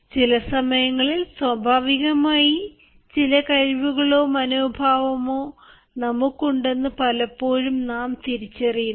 ചില സമയങ്ങളിൽ സ്വാഭാവികമായി ചില കഴിവുകളോ മനോഭാവമോ നമുക്കുണ്ടെന്നു പലപ്പോഴും നാം തിരിച്ചറിയുന്നില്ല